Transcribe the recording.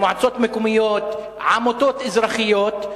למועצות מקומיות ולעמותות אזרחיות,